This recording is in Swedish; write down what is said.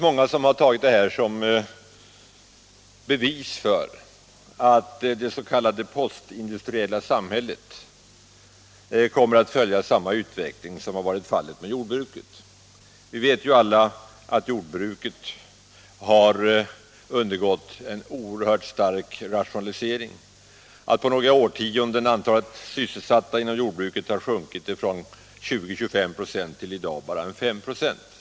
Många har tagit detta som bevis för att det s.k. postindustriella samhället kommer att följa samma utveckling som jordbruket. Vi vet alla att jordbruket har undergått en oerhört stark rationalisering och att andelen där sysselsatta här i landet på några årtionden har sjunkit från 20-25 96 till bara 5 96 i dag.